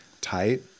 tight